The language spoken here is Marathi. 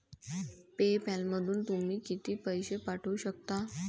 पे पॅलमधून तुम्ही किती पैसे पाठवू शकता?